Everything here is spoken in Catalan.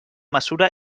mesura